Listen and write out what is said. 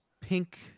pink